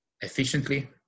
efficiently